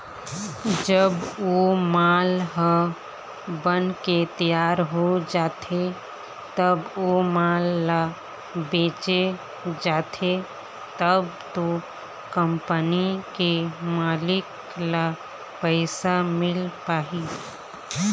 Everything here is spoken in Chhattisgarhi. जब ओ माल ह बनके तियार हो जाथे तब ओ माल ल बेंचे जाथे तब तो कंपनी के मालिक ल पइसा मिल पाही